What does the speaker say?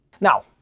Now